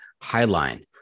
Highline